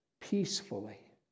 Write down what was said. peacefully